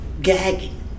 gagging